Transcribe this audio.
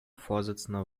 vorsitzender